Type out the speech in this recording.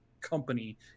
company